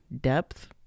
depth